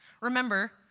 Remember